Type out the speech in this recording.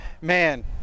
Man